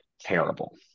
terrible